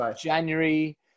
January